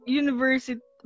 university